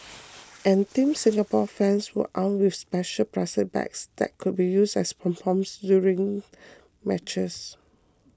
and Team Singapore fans were armed with special plastic bags that could be used as pom poms during matches